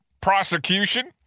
Prosecution